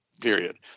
period